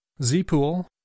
Zpool